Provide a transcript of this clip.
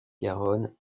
garonne